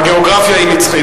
הגיאוגרפיה היא נצחית.